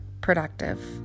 productive